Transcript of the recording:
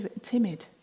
timid